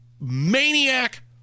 maniac